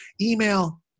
Email